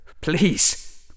Please